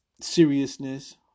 seriousness